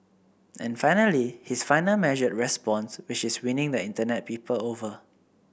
and finally his final measured response which is winning the internet people over